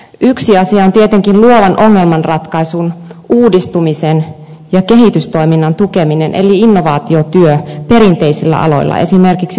yksi asia on tietenkin luovan ongelmanratkaisun uudistumisen ja kehitystoiminnan tukeminen eli innovaatiotyö perinteisillä aloilla esimerkiksi teollisuusyrityksissä